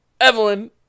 Evelyn